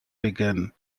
begun